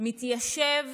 מתיישב